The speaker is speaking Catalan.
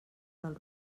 del